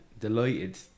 delighted